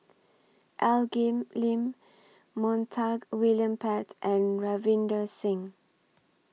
Al Lim Montague William Pett and Ravinder Singh